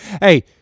hey